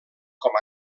com